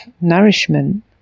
nourishment